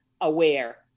aware